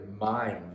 mind